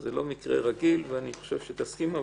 זה לא מקרה רגיל, ואני חושב שתסכימו.